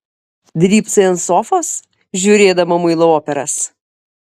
drybsai ant sofos žiūrėdama muilo operas